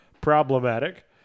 problematic